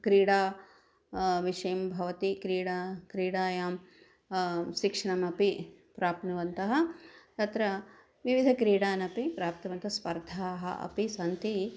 क्रीडा विषयं भवति क्रीडा क्रीडायां शिक्षणम् अपि प्राप्नुवन्ति तत्र विविधक्रीडाः अपि प्राप्तुवन्ति स्पर्धाः अपि सन्ति